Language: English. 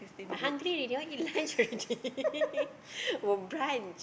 I hungry already you want eat lunch already or brunch